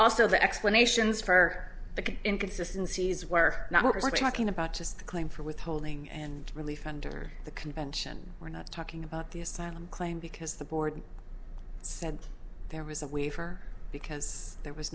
also the explanations for the inconsistency is we're not we're talking about just the claim for withholding and relief under the convention we're not talking about the asylum claim because the board said there was a way for because there was